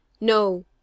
No